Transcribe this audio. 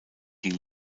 die